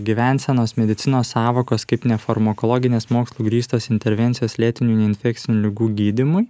gyvensenos medicinos sąvokos kaip nefarmakologinės mokslu grįstos intervencijos lėtinių neinfekcinių ligų gydymui